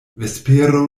vespero